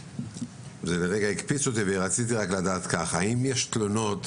זה לרגע הקפיץ אותי ורציתי רק לדעת האם יש תלונות